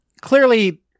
clearly